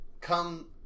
come